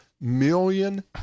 million